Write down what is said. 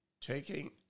Taking